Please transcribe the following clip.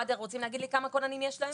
מד"א רוצים להגיד לי כמה כוננים יש להם?